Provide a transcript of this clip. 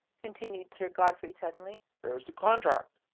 continued sir godfrey suddenly, there is a contract.